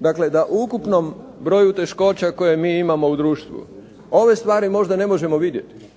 dakle u ukupnom broju teškoća koje mi imamo u društvu ove stvari možda ne možemo vidjeti,